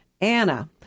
Anna